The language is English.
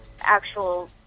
actual